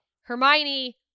Hermione